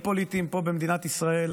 תודה, אדוני היושב-ראש.